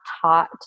taught